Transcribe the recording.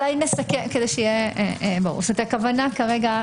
הכוונה כרגע,